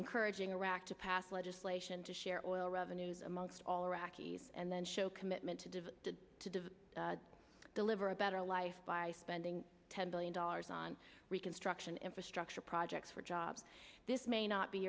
encouraging iraq to pass legislation to share or oil revenues amongst all iraqis and then show commitment to devote to deliver a better life by spending ten billion dollars on reconstruction infrastructure projects for jobs this may not be